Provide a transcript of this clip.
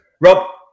Rob